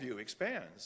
expands